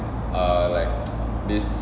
err like this